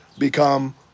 become